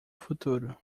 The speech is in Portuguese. futuro